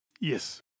Yes